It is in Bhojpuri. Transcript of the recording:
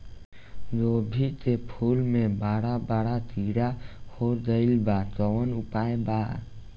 गोभी के फूल मे बड़ा बड़ा कीड़ा हो गइलबा कवन उपाय बा?